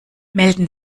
melden